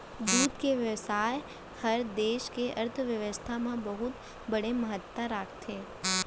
दूद के बेवसाय हर देस के अर्थबेवस्था म बहुत बड़े महत्ता राखथे